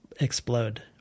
explode